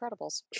incredibles